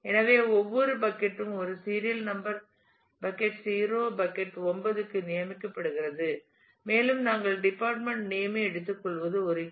எனவே ஒவ்வொரு பக்கட் ம் ஒரு சீரியல் நம்பர் பக்கட் 0 ஆல் பக்கட் 9க்கு நியமிக்கப்படுகிறது மேலும் நாங்கள் டிபார்ட்மெண்ட் நேம் ஐ எடுத்துக்கொள்வது ஒரு கீ